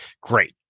great